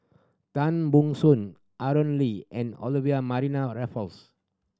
Tan Ban Soon Aaron Lee and Olivia Mariamne Raffles